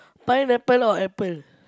pineapple or apple